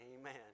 Amen